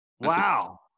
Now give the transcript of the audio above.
Wow